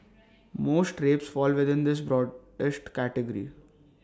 most rapes fall within this broadest category